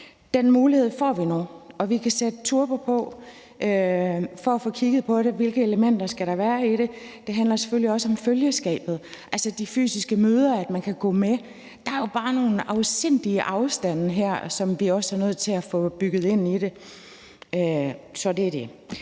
Den mulighed får vi nu, og vi kan sætte turbo på for at få kigget på, hvilke elementer der skal være i det. Det handler selvfølgelig også om følgeskabet, altså de fysiske møder, og at man kan gå med. Der er jo bare nogle afsindige afstande her, som vi også er nødt til at få bygget ind i det. Så det er det.